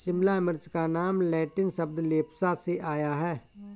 शिमला मिर्च का नाम लैटिन शब्द लेप्सा से आया है